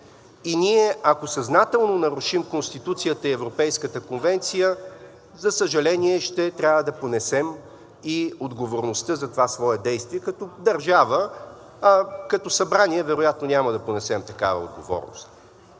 и ние, ако съзнателно нарушим Конституцията и Европейската конвенция, за съжаление, ще трябва да понесем и отговорността за това свое действие като държава. Като Събрание вероятно няма да понесем такава отговорност.